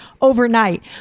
overnight